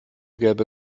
gelbe